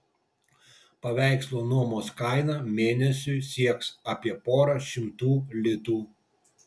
paveikslo nuomos kaina mėnesiui sieks apie porą šimtų litų